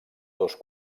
dos